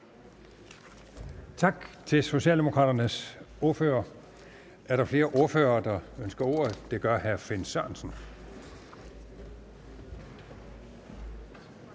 Tak til Socialdemokraternes ordfører. Er der flere ordførere, der ønsker ordet? Det gør hr. Finn Sørensen.